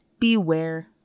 beware